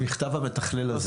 המכתב המתכלל הזה